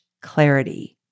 clarity